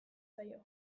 zaio